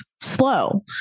slow